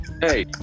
hey